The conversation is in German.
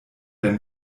denn